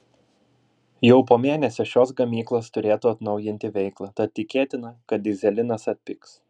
jau po mėnesio šios gamyklos turėtų atnaujinti veiklą tad tikėtina kad dyzelinas atpigs